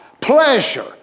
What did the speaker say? pleasure